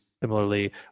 similarly